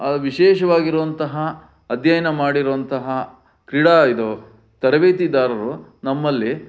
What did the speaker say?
ವಿಶೇಷವಾಗಿರುವಂತಹ ಅಧ್ಯಯನ ಮಾಡಿರುವಂತಹ ಕ್ರೀಡಾ ಇದು ತರಬೇತಿದಾರರು ನಮ್ಮಲ್ಲಿ